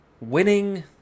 winning